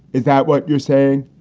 is that what you're saying?